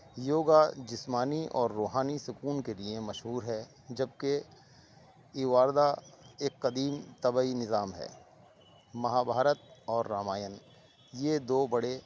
یوگا جسمانی اور روحانی سکون کے لیے مشہور ہے جب کہ ایواردا ایک قدیم طبعی نظام ہے مہا بھارت اور رامائن یہ دو بڑے